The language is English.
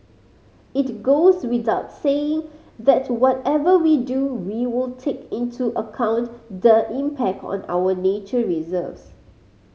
it goes without saying that whatever we do we will take into account the impact on our nature reserves